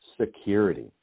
security